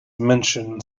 mention